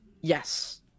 Yes